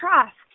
trust